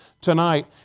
tonight